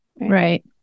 Right